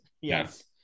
yes